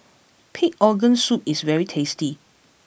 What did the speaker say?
Pig Organ soup is very tasty